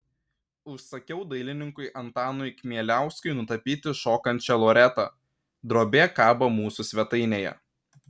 užsakiau dailininkui antanui kmieliauskui nutapyti šokančią loretą drobė kabo mūsų svetainėje